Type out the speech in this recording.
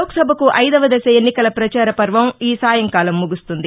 లోక్సభకు ఐదవ దశ ఎన్నికల పచార పర్వం ఈ సాయంకాలం ముగుస్తుంది